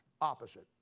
opposite